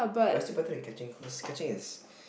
but it's still better than catching cause catching is